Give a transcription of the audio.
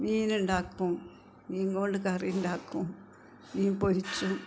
മീനുണ്ടാക്കും മീൻ കൊണ്ട് കറി ഉണ്ടാക്കും മീൻ പൊരിച്ചും